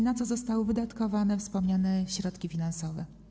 Na co zostały wydatkowane wspomniane środki finansowe?